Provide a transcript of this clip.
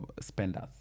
spenders